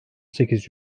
sekiz